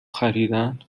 خریدن